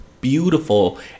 beautiful